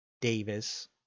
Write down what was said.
Davis